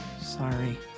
sorry